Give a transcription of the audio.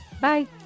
Bye